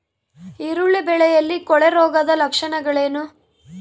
ಈರುಳ್ಳಿ ಬೆಳೆಯಲ್ಲಿ ಕೊಳೆರೋಗದ ಲಕ್ಷಣಗಳೇನು?